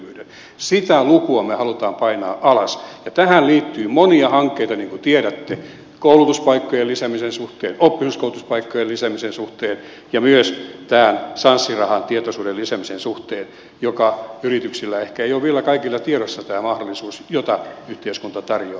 sitä lukua me haluamme painaa alas ja tähän liittyy monia hankkeita niin kuin tiedätte koulutuspaikkojen lisäämisen suhteen oppisopimuskoulutuspaikkojen lisäämisen suhteen ja myös tämän sanssi rahatietoisuuden lisäämisen suhteen josta kaikilla yrityksillä ehkä ei vielä ole tiedossa tämä mahdollisuus jota yhteiskunta tarjoaa